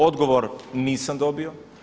Odgovor nisam dobio.